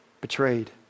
betrayed